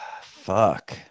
fuck